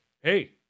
Hey